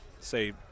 say